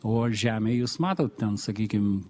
o žemėj jūs matot ten sakykim